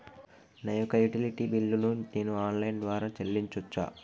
నా యొక్క utility bill ను నేను ఆన్ లైన్ ద్వారా చెల్లించొచ్చా?